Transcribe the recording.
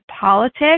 politics